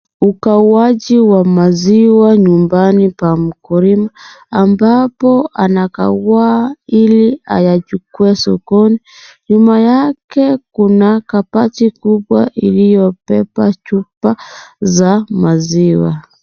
Ugawaji wa maziwa nyumbani pa mkulima ambapo anakagua ili ayachukue sokoni. Nyuma yake kuna kabati kubwa iliyobeba chupa za maziwa.